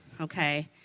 Okay